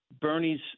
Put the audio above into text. Bernie's